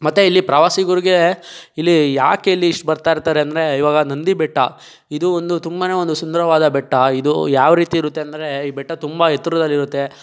ಮತ್ತೆ ಇಲ್ಲಿ ಪ್ರವಾಸಿಗರಿಗೆ ಇಲ್ಲಿ ಯಾಕೆ ಇಲ್ಲಿ ಇಷ್ಟು ಬರ್ತಾಯಿರ್ತಾರೆ ಅಂದರೆ ಇವಾಗ ನಂದಿ ಬೆಟ್ಟ ಇದು ಒಂದು ತುಂಬನೇ ಒಂದು ಸುಂದರವಾದ ಬೆಟ್ಟ ಇದು ಯಾವ್ರೀತಿ ಇರುತ್ತೆ ಅಂದರೆ ಈ ಬೆಟ್ಟ ತುಂಬ ಎತ್ತರದಲ್ಲಿರುತ್ತೆ